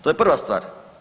To je prva stvar.